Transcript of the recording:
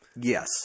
Yes